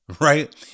right